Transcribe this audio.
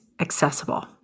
accessible